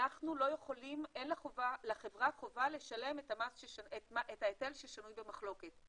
אין לחברה חובה לשלם את ההיטל ששנוי במחלוקת.